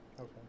Okay